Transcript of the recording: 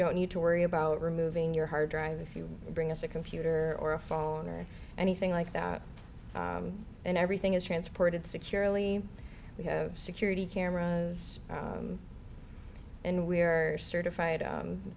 don't need to worry about removing your hard drive if you bring us a computer or a phone or anything like that and everything is transported securely we have security cameras and we are certified